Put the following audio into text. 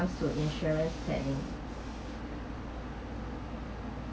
comes to insurance that in